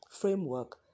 framework